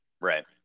Right